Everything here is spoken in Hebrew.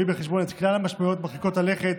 בחשבון את כלל המשמעויות מרחיקות הלכת